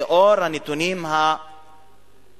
לנוכח הנתונים המסוכנים,